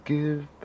Give